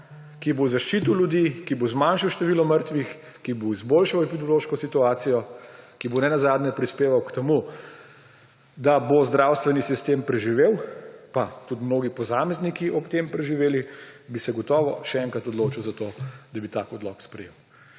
ki bo zaščitil ljudi, ki bo zmanjšal število mrtvih, ki bo izboljšal epidemiološko situacijo, ki bo nenazadnje prispeval k temu, da bo zdravstveni sistem preživel, pa da bodo tudi mnogi posamezniki ob tem preživeli, bi se gotovo še enkrat odločil za to, da bi tak odlok sprejel.